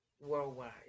worldwide